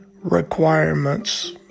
requirements